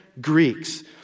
Greeks